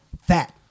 fat